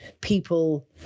people